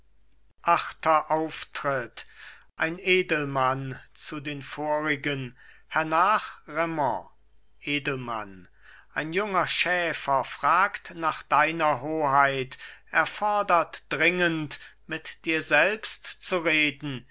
achter auftritt ein edelmann zu den vorigen hernach raimond edelmann ein junger schäfer fragt nach deiner hoheit er fodert dringend mit dir selbst zu reden